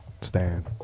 Stan